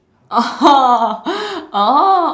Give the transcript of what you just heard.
oh oh